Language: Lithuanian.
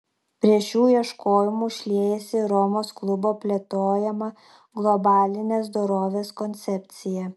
prie šių ieškojimų šliejasi ir romos klubo plėtojama globalinės dorovės koncepcija